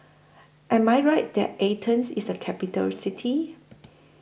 Am I Right that Athens IS A Capital City